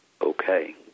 okay